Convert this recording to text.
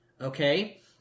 okay